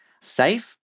safe